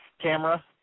camera